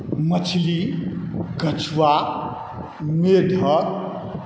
मछली कछुआ मेढक